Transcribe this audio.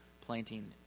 planting